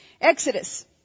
Exodus